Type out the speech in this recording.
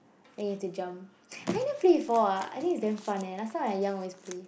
then you have to jump !huh! you never play before ah I think it's damn fun eh last time I young always play